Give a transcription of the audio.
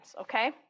okay